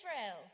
Israel